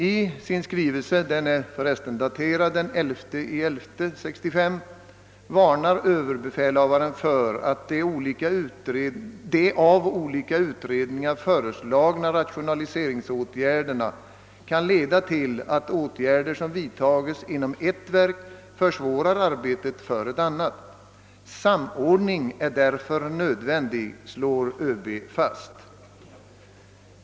I sin skrivelse — daterad den 11 november 1965 — varnar överbefälhavaren för att de av olika utredningar föreslagna rationaliseringarna kan leda till att åtgärder som vidtages inom ett verk försvårar arbetet för ett annat. »Samordning är därför nödvändig», slår ÖB fast.